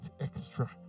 extra